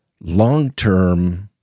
long-term